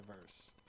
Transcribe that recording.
verse